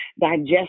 digest